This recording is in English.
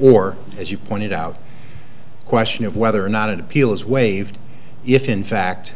or as you pointed out the question of whether or not an appeal is waived if in fact